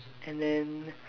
and then